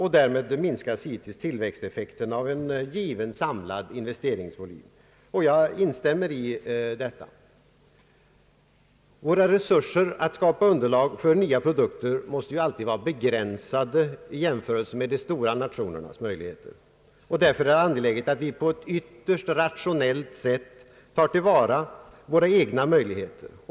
Därmed minskas givetvis tillväxteffekten av en given, samlad investeringsvolym. Jag instämmer i detta. Våra resurser att skapa underlag för nya produkter måste alltid vara begränsade i jämförelse med de stora nationernas möjligheter. Därför är det angeläget att vi på ett ytterst ratio nellt sätt tar till vara våra egna möjligheter.